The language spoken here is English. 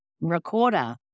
recorder